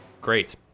Great